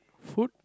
food